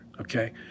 Okay